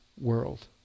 world